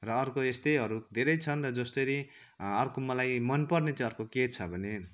र अर्को यस्तै अरू धेरै छन् जसरी अर्को मलाई मन पर्ने अर्को चाहिँ के छ भने